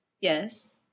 Yes